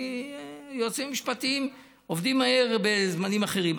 יועצים משפטיים עובדים מהר בזמנים אחרים.